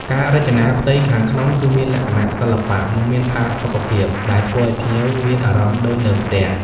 ការរចនាផ្ទៃខាងក្នុងគឺមានលក្ខណៈសិល្បៈ និងមានផាសុកភាព ដែលធ្វើឲ្យភ្ញៀវមានអារម្មណ៍ដូចនៅផ្ទះ។